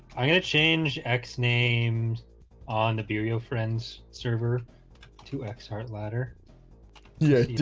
i'm gonna change x name on the be real friends server two x hard ladder yeah